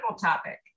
topic